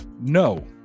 no